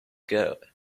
goat